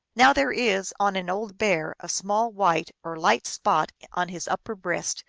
now there is on an old bear a small white or light spot on his upper breast,